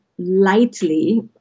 lightly